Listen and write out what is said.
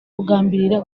kugambirira